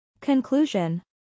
Conclusion